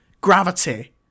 Gravity